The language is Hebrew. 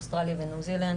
אוסטרליה וניו זילנד